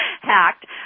hacked